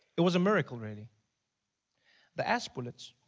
it was a miracle really the ass bullets